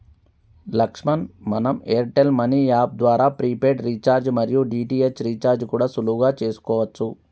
లక్ష్మణ్ మనం Airtel money app ద్వారా prepaid recharge మరియు డి.టి.హెచ్ రీఛార్జి కూడా సులువుగా చేసుకోవచ్చు